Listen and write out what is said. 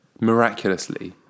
miraculously